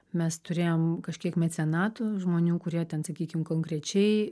mes turėjom kažkiek mecenatų žmonių kurie ten sakykim konkrečiai